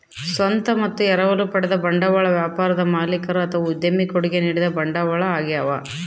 ಸ್ವಂತ ಮತ್ತು ಎರವಲು ಪಡೆದ ಬಂಡವಾಳ ವ್ಯಾಪಾರದ ಮಾಲೀಕರು ಅಥವಾ ಉದ್ಯಮಿ ಕೊಡುಗೆ ನೀಡಿದ ಬಂಡವಾಳ ಆಗ್ಯವ